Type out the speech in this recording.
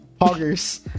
Hoggers